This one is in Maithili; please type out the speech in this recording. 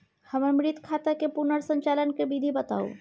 हमर मृत खाता के पुनर संचालन के विधी बताउ?